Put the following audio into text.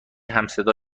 همصدا